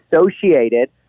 associated